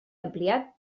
ampliat